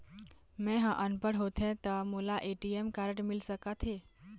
मैं ह अनपढ़ होथे ता मोला ए.टी.एम कारड मिल सका थे?